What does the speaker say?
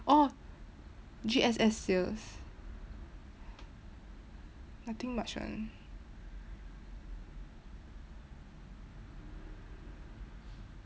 orh G_S_S sales nothing much [one]